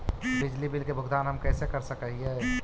बिजली बिल के भुगतान हम कैसे कर सक हिय?